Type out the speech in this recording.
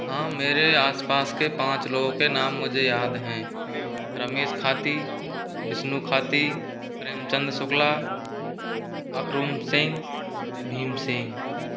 हाँ मेरे आस पास के पाँच लोगों के नाम मुझे याद हैं रमेश खाती बिष्णु खाती प्रेमचंद शुक्ला अकरुम सिंह भीम सिंह